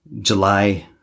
July